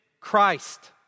Christ